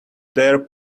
their